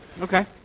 Okay